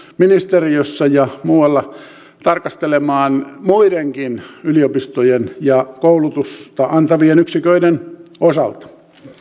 ministeriössä ja muualla tarkastelemaan muidenkin yliopistojen ja koulutusta antavien yksiköiden osalta